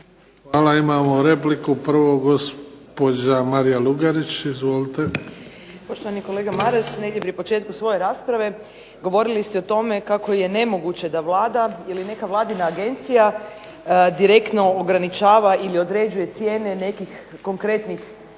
Hvala. Imamo repliku. Prvo gospođa Marija Lugarić. Izvolite. **Lugarić, Marija (SDP)** Poštovani kolega Maras, negdje pri početku svoje rasprave govorili ste o tome kako je nemoguće da Vlada ili neka Vladina agencija direktno ograničava ili određuje cijene nekih konkretnih